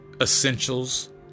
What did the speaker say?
essentials